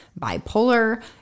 bipolar